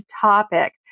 topic